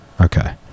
okay